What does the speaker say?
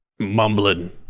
Mumbling